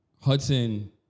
Hudson